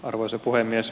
arvoisa puhemies